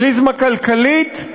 פריזמה כלכלית,